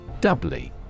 Doubly